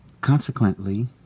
Consequently